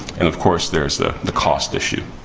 and of course, there's the the cost issue.